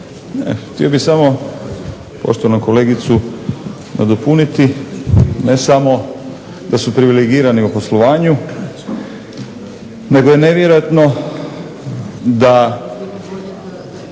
Htio bih samo poštovanu kolegicu dopuniti. Ne samo da su privilegirani u poslovanju nego je nevjerojatno da